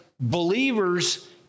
believers